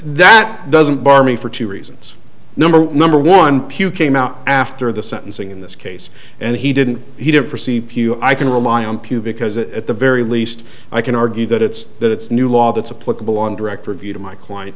that doesn't bar me for two reasons number one number one pew came out after the sentencing in this case and he didn't he didn't for c p u i can rely on pugh because at the very least i can argue that it's that it's new law that's a political on direct review to my client